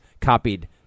copied